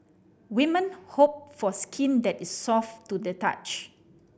women hope for skin that is soft to the touch